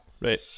Right